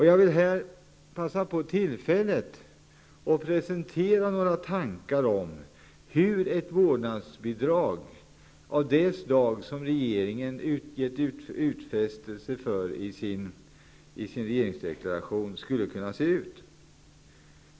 Jag vill här passa på tillfället och presentera några tankar om hur ett vårdnadsbidrag av det slag som regeringen har gett utfästelser om i sin regeringsdeklaration skulle kunna se ut.